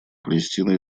палестино